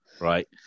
right